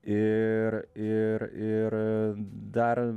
ir ir ir dar